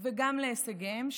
וגם להישגיהם,